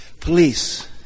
police